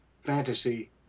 fantasy